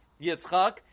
Yitzchak